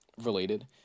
related